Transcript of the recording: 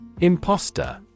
Imposter